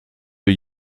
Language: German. für